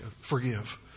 forgive